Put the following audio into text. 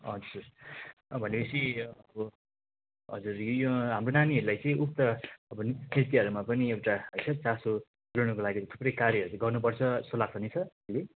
हजुर भने पछि अब हजुर हाम्रो नानीहरूलाई चाहिँ उक्त अब नृत्यहरूमा पनि एउटा होइन चासो लागि कुनै कार्यहरू त गर्नु पर्छ जस्तो लाग्छ नि सर